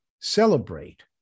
celebrate